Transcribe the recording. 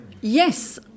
Yes